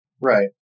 Right